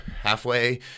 halfway